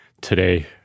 Today